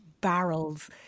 barrels